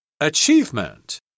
Achievement